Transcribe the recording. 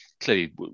Clearly